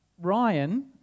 ryan